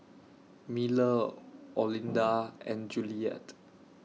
Miller Olinda and Juliette